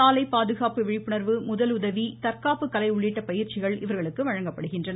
சாலைப் பாதுகாப்பு விழிப்புணா்வு முதலுதவி தற்காப்பு கலை உள்ளிட்ட பயிற்சிகள் இவர்களுக்கு வழங்கப்படுகின்றன